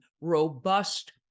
robust